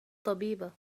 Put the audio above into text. طبيبة